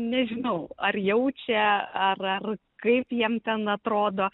nežinau ar jaučia ar ar kaip jiem ten atrodo